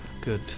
Good